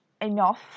enough